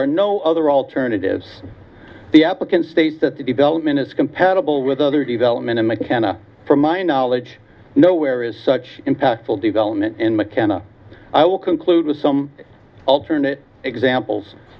are no other alternatives the applicant states that the development is compatible with other development and mckenna from my knowledge nowhere is such impactful development in mckenna i will conclude with some alternate examples